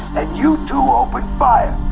and you two open fire.